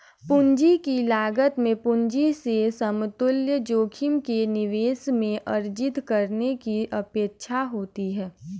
पूंजी की लागत में पूंजी से समतुल्य जोखिम के निवेश में अर्जित करने की अपेक्षा होती है